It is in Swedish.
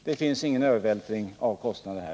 Det förekommer ingen övervältring av kostnaderna här.